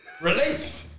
release